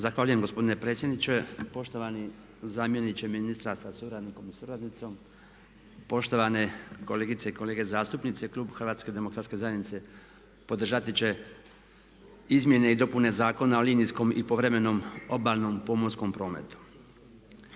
Zahvaljujem gospodine predsjedniče, poštovani zamjeniče ministra sa suradnikom i suradnicom, poštovane kolegice i kolege zastupnici. Klub HDZ-a podržati će izmjene i dopune Zakona o linijskom i povremenom obalnom pomorskom prometu.